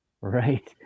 Right